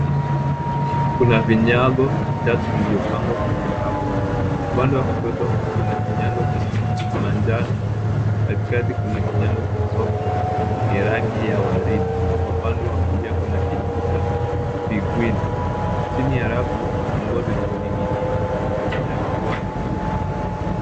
Kuna vinyago vitatu vilivyopangwa kwenye rafu. Upande wa kushoto kuna kinyago cha manjano, katikati kuna kinyago cha msokwe mwenye rangi ya waridi na upande wa kulia kuna kinyago cha piguini. Chini ya rafu kuna nguo zilizoning'inia zikionyesha kuwa ni duka.